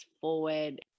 forward